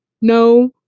No